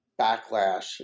backlash